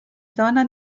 zona